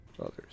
others